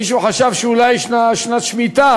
מישהו חשב: אולי שנת שמיטה,